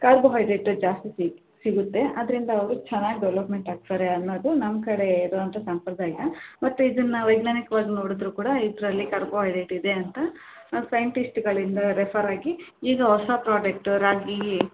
carbohydrate ಜಾಸ್ತಿ ಸಿಗುತ್ತೆ ಅದರಿಂದ ಅವರು ಚೆನ್ನಾಗಿ ಡೇವ್ಲಪ್ಮೆಂಟ್ ಆಗ್ತಾರೆ ಅನ್ನೋದು ನಮ್ಮ ಕಡೆ ಇರುವಂತ ಸಂಪ್ರದಾಯ ಮತ್ತೆ ಇದನ್ನು ನಾವು ವೈಜ್ಞಾನಿಕ್ವಾಗಿ ನೋಡಿದ್ರು ಕೂಡ ಇದರಲ್ಲಿ ಕಾರ್ಬೋಹೈಡ್ರೇಟ್ ಇದೆ ಅಂತ ಸೈಂಟಿಸ್ಟ್ಗಳಿಂದ ರೆಫರ್ ಆಗಿ ಈಗ ಹೊಸ ಪ್ರಾಡೆಕ್ಟ್ ರಾಗಿ